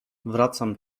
wracam